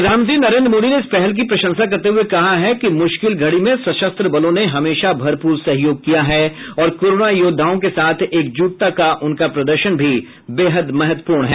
प्रधानमंत्री नरेन्द्र मोदी ने इस पहल की प्रशंसा करते हुए कहा है कि मुश्किल घडी में सशस्त्र बलों ने हमेशा भरपूर सहयोग किया है और कोरोना योद्वाओं के साथ एकजुटता का उनका प्रदर्शन भी बेहद महत्वपूर्ण है